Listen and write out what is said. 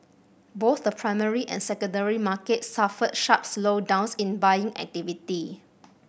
both the primary and secondary markets suffered sharp slowdowns in buying activity